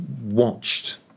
watched